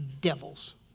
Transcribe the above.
devils